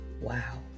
Wow